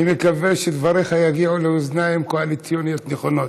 אני מקווה שדבריך יגיעו לאוזניים קואליציוניות נכונות.